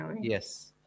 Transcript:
Yes